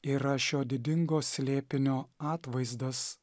yra šio didingo slėpinio atvaizdas